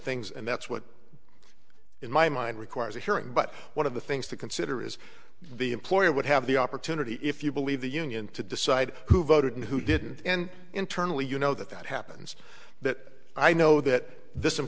things and that's what in my mind requires a hearing but one of the things to consider is the employer would have the opportunity if you believe the union to decide who voted and who didn't and internally you know that that happens that i know that this